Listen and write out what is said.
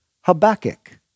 Habakkuk